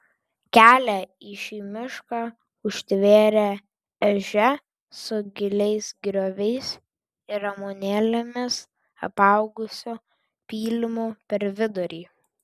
kelią į šį mišką užtvėrė ežia su giliais grioviais ir ramunėlėmis apaugusiu pylimu per vidurį